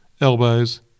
elbows